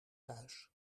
thuis